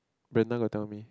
Brenda got tell me